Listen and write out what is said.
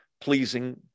pleasing